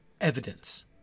evidence